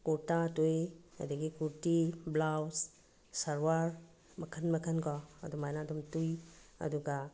ꯀꯨꯔꯇꯥ ꯇꯨꯏ ꯑꯗꯒꯤ ꯀꯨꯔꯇꯤ ꯕ꯭ꯂꯥꯎꯁ ꯁꯜꯋꯥꯔ ꯃꯈꯜ ꯃꯈꯜ ꯀꯣ ꯑꯗꯨꯃꯥꯏꯅ ꯑꯗꯨꯝ ꯇꯨꯏ ꯑꯗꯨꯒ